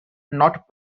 not